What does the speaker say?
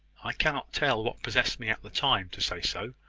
i cannot tell what possessed me at the time to say so,